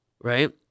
right